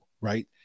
right